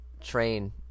Train